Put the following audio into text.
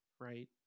right